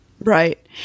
Right